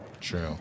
True